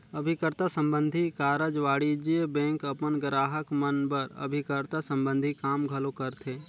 अभिकर्ता संबंधी कारज वाणिज्य बेंक अपन गराहक मन बर अभिकर्ता संबंधी काम घलो करथे